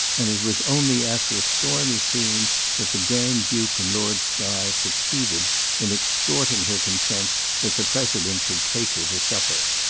and it was only after a stormy scene that the grand-duke and lord skye succeeded in extorting her consent that the president should take her to supper.